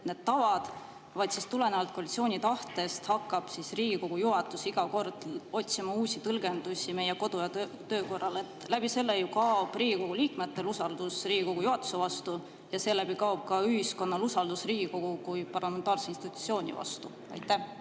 need tavad, vaid tulenevalt koalitsiooni tahtest hakkab Riigikogu juhatus iga kord otsima uusi tõlgendusi meie kodu- ja töökorrale? Nii ju kaob Riigikogu liikmetel usaldus Riigikogu juhatuse vastu ja seeläbi kaob ka ühiskonnal usaldus Riigikogu kui parlamentaarse institutsiooni vastu. Aitäh,